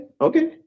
Okay